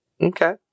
okay